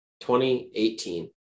2018